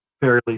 fairly